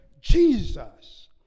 Jesus